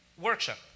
workshop